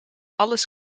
alles